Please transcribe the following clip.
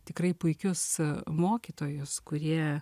tikrai puikius mokytojus kurie